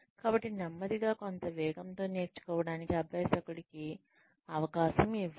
కాబట్టి నెమ్మదిగా కొత్త వేగంతో నేర్చుకోవడానికి అభ్యాసకుడికి అవకాశం ఇవ్వండి